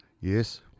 Yes